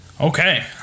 Okay